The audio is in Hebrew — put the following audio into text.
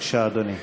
בבקשה, אדוני.